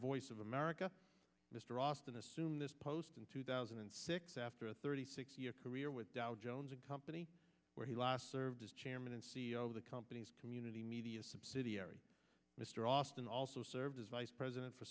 voice of america mr austin assume this post in two thousand and six after a thirty six year career with dow jones and company where he last served as chairman and c e o of the company community media subsidiary mr austin also served as vice president for